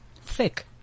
thick